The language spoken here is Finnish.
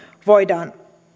voidaan